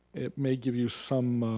it may give you some